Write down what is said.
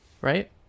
right